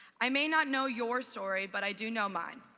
i may not know your story, but i do know mine.